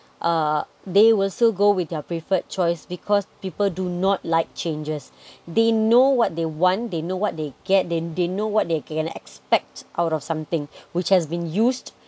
uh they will still go with their preferred choice because people do not like changes they know what they want they know what they get they they know what they can expect out of something which has been used